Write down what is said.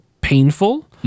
painful